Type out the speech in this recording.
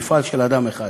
מפעל של אדם אחד,